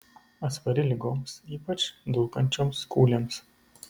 atspari ligoms ypač dulkančioms kūlėms